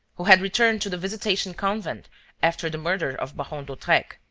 who had returned to the visitation convent after the murder of baron d'hautrec.